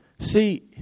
See